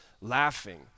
laughing